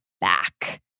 back